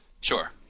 Sure